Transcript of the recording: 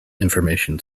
information